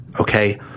Okay